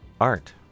art